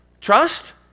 Trust